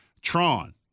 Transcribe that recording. Tron